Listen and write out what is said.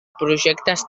projectes